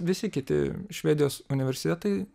visi kiti švedijos universitetai